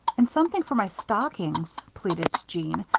and something for my stockings, pleaded jeanne.